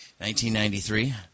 1993